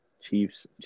Chiefs